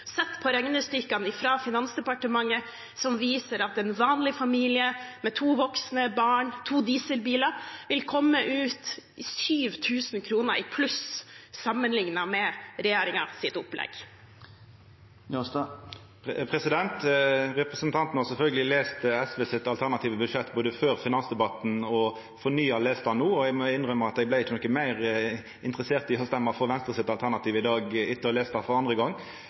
sett på regnestykkene fra Finansdepartementet, som viser at en vanlig familie med to voksne, barn og to dieselbiler vil komme ut med 7 000 kr i pluss sammenlignet med regjeringens opplegg? Representanten har sjølvsagt lese SVs alternative budsjett både før finansdebatten og på ny no. Eg må innrømma at eg vart ikkje meir interessert i å stemma for SVs alternativ i dag etter å ha lese det for andre